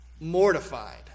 mortified